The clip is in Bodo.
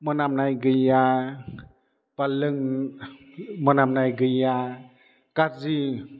मोनामनाय गैया बा लों मोनामनाय गैया गाज्रि